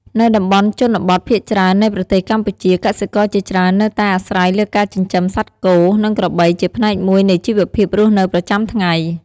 នៅតំបន់ជនបទភាគច្រើននៃប្រទេសកម្ពុជា កសិករជាច្រើននៅតែអាស្រ័យលើការចិញ្ចឹមសត្វគោ និងក្របីជាផ្នែកមួយនៃជីវភាពរស់នៅប្រចាំថ្ងៃ។